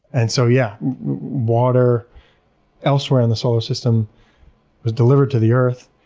and so yeah water elsewhere in the solar system was delivered to the earth.